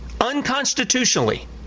Unconstitutionally